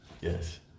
Yes